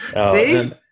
See